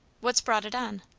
what's brought it on?